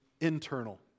internal